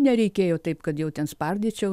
nereikėjo taip kad jau ten spardyčiau